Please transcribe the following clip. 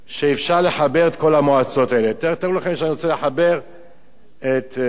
תארו לכם שאני רוצה לחבר את מועצת הלול עם איזה מועצה אחרת,